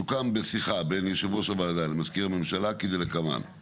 סוכם בשיחה בין יושב ראש הוועדה למזכיר הממשלה כדלקמן:1.